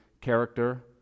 character